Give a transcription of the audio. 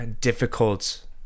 difficult